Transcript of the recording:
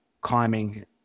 climbing